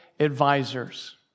Advisors